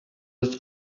was